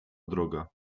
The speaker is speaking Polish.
droga